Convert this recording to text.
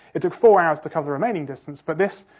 it took four hours to cover the remaining distance, but this,